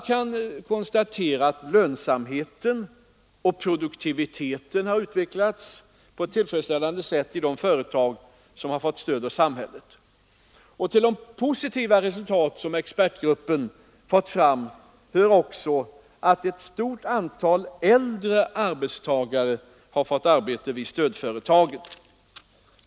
Man konstaterar att lönsamheten och produktiviteten har utvecklats på ett tillfredsställande sätt i de företag som fått stöd av samhället. Till de positiva resultat som expertgruppen fått fram hör också att ett stort antal äldre arbetstagare har fått arbete i stödföretagen.